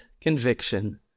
conviction